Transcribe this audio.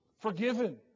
forgiven